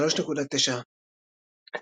3.9°C